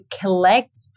collect